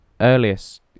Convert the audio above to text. earliest